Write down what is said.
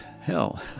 Hell